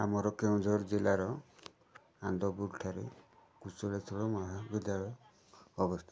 ଆମର କେଉଁଝର ଜିଲ୍ଲାର ଆନ୍ଦପୁର ଠାରେ କୁଶୁଳେଶ୍ଵର ମହାବିଦ୍ୟାଳୟ ଅବସ୍ଥିତ